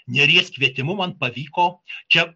nėries kvietimu man pavyko čia